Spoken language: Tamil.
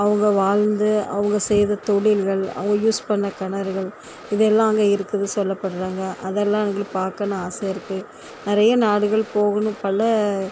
அவங்க வாழ்ந்த அவங்க செய்த தொழில்கள் அவங்க யூஸ் பண்ணிண கிணறுகள் இது எல்லாம் அங்கே இருக்குதுன்னு சொல்லப்படுறாங்க அதெல்லாம் எங்களுக்கு பார்க்கணும் ஆசை இருக்குது நெறைய நாடுகள் போகணும் பல